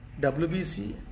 WBC